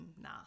nah